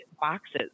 boxes